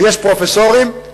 ויש פרופסורים,